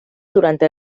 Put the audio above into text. durante